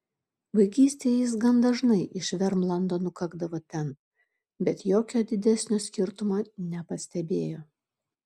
vaikystėje jis gan dažnai iš vermlando nukakdavo ten bet jokio didesnio skirtumo nepastebėjo